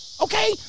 Okay